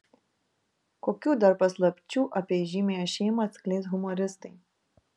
kokių dar paslapčių apie įžymiąją šeimą atskleis humoristai